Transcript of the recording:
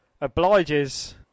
Obliges